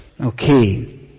Okay